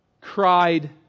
cried